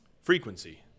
frequency